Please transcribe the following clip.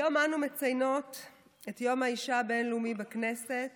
היום אנו מציינות את יום האישה הבין-לאומי בכנסת